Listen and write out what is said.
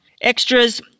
extras